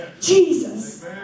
Jesus